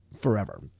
Forever